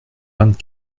vingt